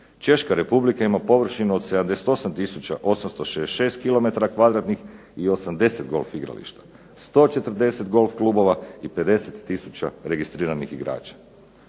Češka Republika ima površinu od 78866 km2 i 80 golf igrališta, 140 golf klubova i 50000 registriranih igrača.